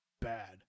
bad